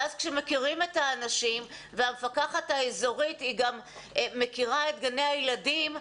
ואז כשמכירים את האנשים והמפקחת האזורית גם מכירה את גני הילדים,